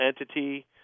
entity